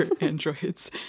androids